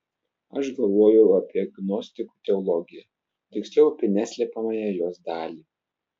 aš galvojau apie gnostikų teologiją tiksliau apie neslepiamąją jos dalį